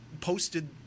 posted